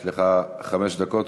יש לך חמש דקות.